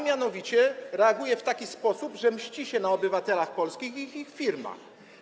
Mianowicie reaguje w taki sposób, że mści się na obywatelach polskich i ich firmach.